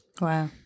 Wow